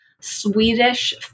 Swedish